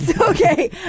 Okay